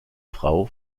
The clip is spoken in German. frau